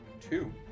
Two